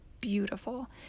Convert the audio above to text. beautiful